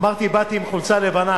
אמרתי: באתי בחולצה לבנה.